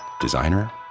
designer